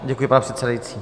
Děkuji, pane předsedající.